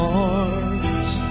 arms